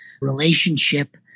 relationship